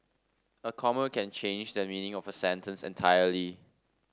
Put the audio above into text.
a comma can change the meaning of a sentence entirely